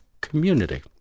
community